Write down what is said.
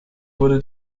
wurde